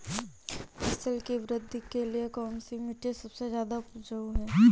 फसल की वृद्धि के लिए कौनसी मिट्टी सबसे ज्यादा उपजाऊ है?